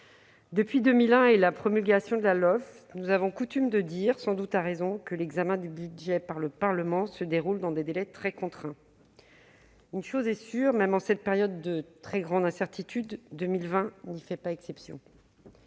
lois de finances (LOLF) en 2001, nous avons coutume de dire, sans doute à raison, que l'examen du budget par le Parlement se déroule dans des délais très contraints. Une chose est sûre : même en cette période de très grande incertitude, 2020 n'y a pas fait exception.